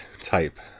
type